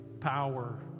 power